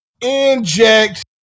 inject